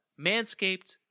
Manscaped